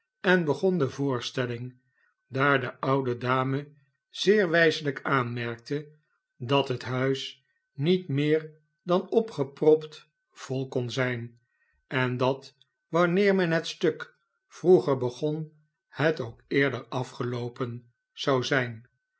en begon de voorstelling daar de oude dame zeer wijselijk aanmerkte dat het huis niet meer dan opgepropt vol kon zijn en dat wanneer men het stuk vroeger begon het ook eerder afgeloopen zou zijn